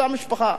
אותה משפחה,